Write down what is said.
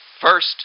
First